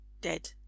dead